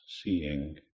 seeing